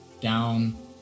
down